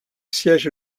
siège